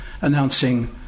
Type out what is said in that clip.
announcing